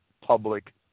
public